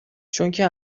چونکه